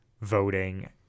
voting